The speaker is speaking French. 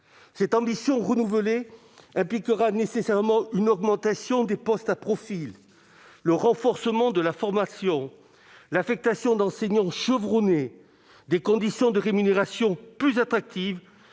Cette ambition renouvelée impliquera nécessairement une augmentation des postes à profil, le renforcement de la formation, l'affectation d'enseignants chevronnés, des conditions de rémunération plus attractives